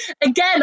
again